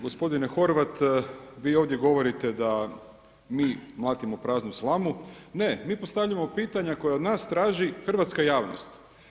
Gospodine Horvat, vi ovdje govorite da mi mlatimo praznu slamu, ne, mi postavljamo pitanja koja od nas traži hrvatska javnost.